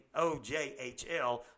OJHL